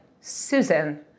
Susan